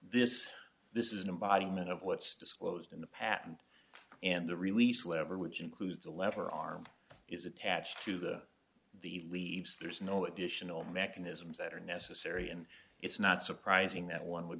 this this is an embodiment of what's disclosed in the patent and the release lever which includes the lever arm is attached to the the leaves there's no additional mechanisms that are necessary and it's not surprising that one would